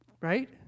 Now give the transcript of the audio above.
Right